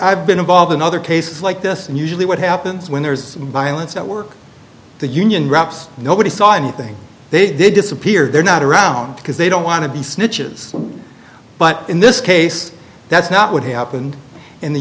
i've been involved in other cases like this and usually what happens when there's violence at work the union reps nobody saw anything they did disappear they're not around because they don't want to be snitches but in this case that's not what happened in the